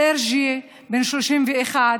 סרגיי, בן 31,